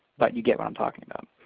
but you get what i'm talking about.